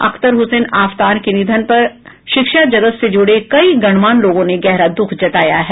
अख्तर हुसैन आफताब के निधन पर शिक्षा जगत से जुड़े कई गणमान्य लोगों ने गहरा दुःख जताया है